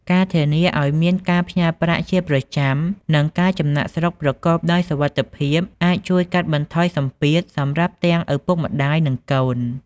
ការធានាឱ្យមានការផ្ញើប្រាក់ជាប្រចាំ និងការចំណាកស្រុកប្រកបដោយសុវត្ថិភាពអាចជួយកាត់បន្ថយសម្ពាធសម្រាប់ទាំងឪពុកម្តាយនិងកូន។